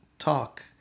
talk